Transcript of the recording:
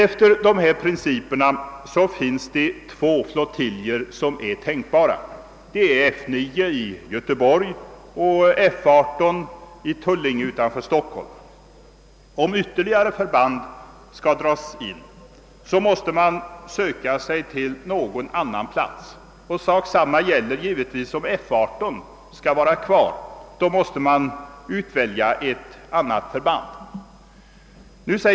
Efter dessa principer finns det två flottiljer som är tänkbara: F9 i Göteborg och F18 i Tullinge utanför Stockholm. Om ytterligare förband skall dras in måste man söka sig till någon annan plats. Detsamma gäller givetvis om F18 skall vara kvar; då måste man välja ut ett annat förband.